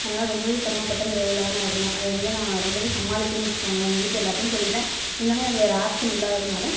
அதனால ரொம்ப சிரம பட்டு அந்த வேலையில் தான் நான் இருந்தேன் அதை வந்து நான் ரொம்ப சமாளித்தேன்னு வச்சுகோங்களேன் எங்கள் வீட்டில் எல்லாருகிட்டயும் சொல்லிவிட்டேன் இருந்தாலும் எனக்கு வேற ஆப்சன் இல்லாததினால